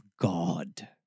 God